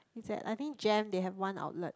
it's at I think Jem they have one outlet